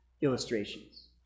illustrations